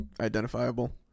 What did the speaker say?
identifiable